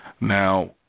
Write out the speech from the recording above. Now